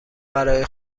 برای